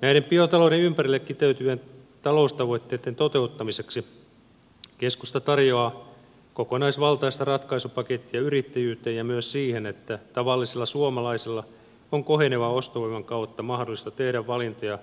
näiden biotalouden ympärille kiteytyvien taloustavoitteitten toteuttamiseksi keskusta tarjoaa kokonaisvaltaista ratkaisupakettia yrittäjyyteen ja myös siihen että tavallisen suomalaisen on kohenevan ostovoiman kautta mahdollista tehdä valintoja